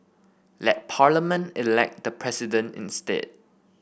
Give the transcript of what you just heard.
let Parliament elect the President instead